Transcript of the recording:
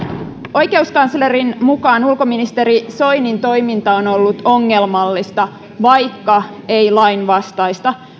oikeuskanslerin mukaan ulkoministeri soinin toiminta on on ollut ongelmallista vaikka ei lainvastaista